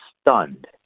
stunned